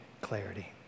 clarity